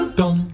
dum